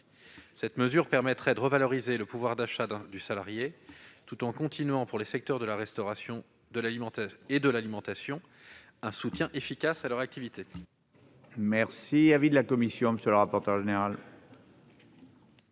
Cette mesure permettrait de revaloriser le pouvoir d'achat des salariés, tout en apportant aux secteurs de la restauration et de l'alimentation un soutien efficace à leur activité.